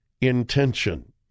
intention